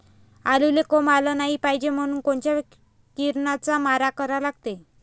आलूले कोंब आलं नाई पायजे म्हनून कोनच्या किरनाचा मारा करा लागते?